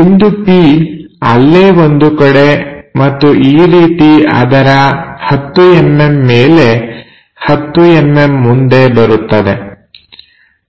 ಬಿಂದು P ಅಲ್ಲೇ ಒಂದು ಕಡೆ ಮತ್ತು ಈ ರೀತಿ ಅದರ 10mm ಮೇಲೆ 10mm ಮುಂದೆ ಬರುತ್ತದೆ